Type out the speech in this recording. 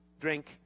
drink